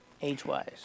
age-wise